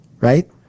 right